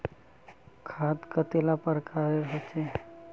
खाद कतेला प्रकारेर होचे?